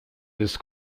this